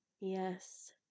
Yes